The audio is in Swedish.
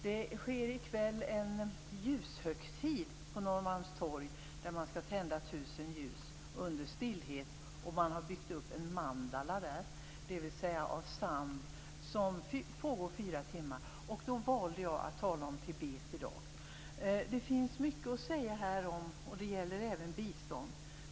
Det är i kväll en ljushögtid på Norrmalmstorg, där man skall tända tusen ljus under stillhet. Man har byggt upp en mandala av sand. Denna högtid pågår fyra timmar. Då valde jag att tala om Tibet i dag. Det finns mycket att säga härom som även gäller bistånd.